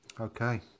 Okay